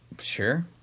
Sure